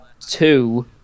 two